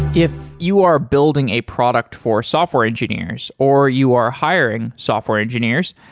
if you are building a product for software engineers, or you are hiring software engineers,